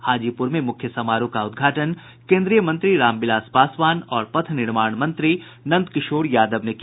हाजीपुर में मुख्य समारोह का उद्घाटन केन्द्रीय मंत्री रामविलास पासवान और पथ निर्माण मंत्री नंदकिशोर यादव ने किया